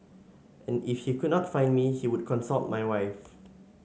and if he could not find me he would consult my wife